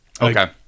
Okay